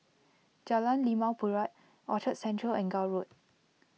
Jalan Limau Purut Orchard Central and Gul Road